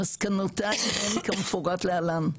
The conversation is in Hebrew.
מסקנותיי הן כמפורט להלן,